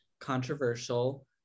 controversial